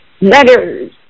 letters